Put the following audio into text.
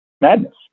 madness